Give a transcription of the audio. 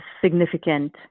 significant